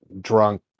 drunk